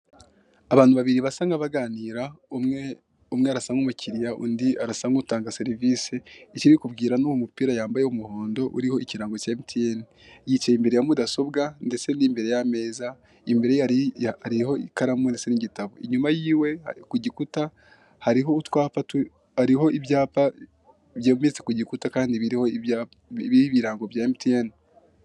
Abantu babiri basa nk'abaganira umwe arasa nk'umukiriya undi arasa nk'utanga serivise ikibikubwira ni uwo mupira yambaye w'umuhondo uriho ikirango cya MTN, yicaye imbere ya mudasobwa ndetse n'imbere y'ameza imbere ye hariho ikaramu ndetse n'igitabo inyuma yiwe ku gikuta hariho utwapa, hariho ibyapa byegetse ku gikuta biriho ibirango bya MTN.